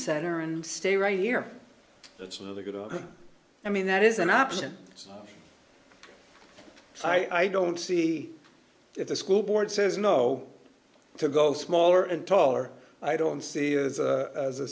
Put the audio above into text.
center and stay right here that's another good i mean that is an option i don't see if the school board says no to go smaller and taller i don't see as a